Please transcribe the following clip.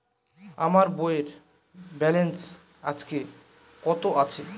আমার বইয়ের ব্যালেন্স আজকে কত আছে?